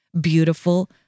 beautiful